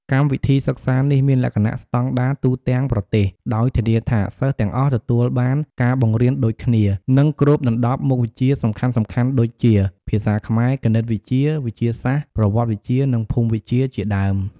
កម្មវិធីសិក្សានេះមានលក្ខណៈស្តង់ដារទូទាំងប្រទេស ដោយធានាថាសិស្សទាំងអស់ទទួលបានការបង្រៀនដូចគ្នា និងគ្របដណ្តប់មុខវិជ្ជាសំខាន់ៗដូចជា ភាសាខ្មែរ គណិតវិទ្យា វិទ្យាសាស្ត្រ ប្រវត្តិវិទ្យា និងភូមិវិទ្យាជាដើម។